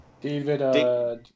David